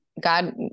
God